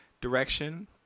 direction